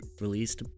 released